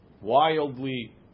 wildly